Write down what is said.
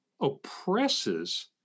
oppresses